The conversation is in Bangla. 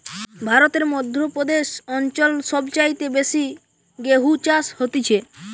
ভারতের মধ্য প্রদেশ অঞ্চল সব চাইতে বেশি গেহু চাষ হতিছে